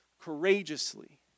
courageously